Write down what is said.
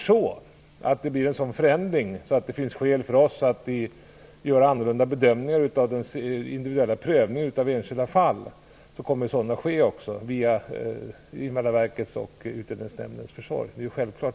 Om det blir en sådan förändring att det finns skäl för oss att göra annorlunda bedömningar av den individuella prövningen av enskilda fall, kommer sådana att göras via Invandrarverkets och Utlänningsnämndens försorg. Det är självklart.